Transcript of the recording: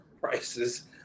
prices